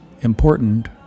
important